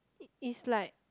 it is like